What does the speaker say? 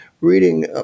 reading